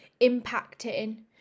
impacting